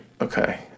Okay